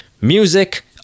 music